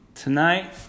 Tonight